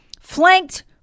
Flanked